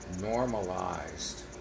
normalized